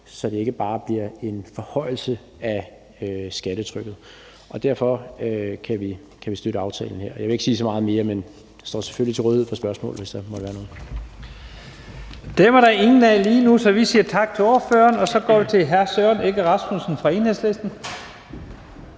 så det ikke bare bliver en forhøjelse af skattetrykket. Og derfor kan vi støtte aftalen her. Jeg vil ikke sige så meget mere, men jeg står selvfølgelig til rådighed for spørgsmål, hvis der måtte være nogen. Kl. 22:33 Første næstformand (Leif Lahn Jensen): Dem var der ingen af lige nu, så vi siger tak til ordføreren, og så går vi til hr. Søren Egge Rasmussen fra Enhedslisten.